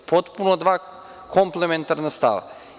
Potpuno dva komplementarna stava.